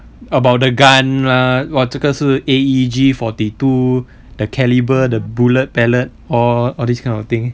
about the gun lah what 这个是 A_E_G forty two the caliber the bullet palette all all this kind of thing